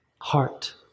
heart